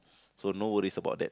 so no worries about that